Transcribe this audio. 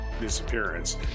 disappearance